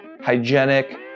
hygienic